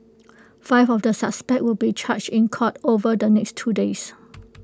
five of the suspects will be charged in court over the next two days